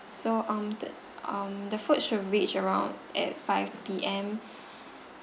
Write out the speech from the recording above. so um the um the food should reach around at five P_M